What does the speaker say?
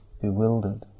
bewildered